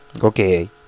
okay